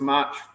March